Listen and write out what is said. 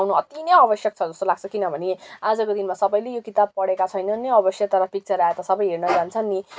आवश्यक छ जस्तो लाग्छ किनभने आजको दिनमा सबैले यो किताब पढेका छैनन् नै तर अब पिक्चर अब सबै हेर्न जान्छन् नि